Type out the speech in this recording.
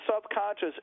subconscious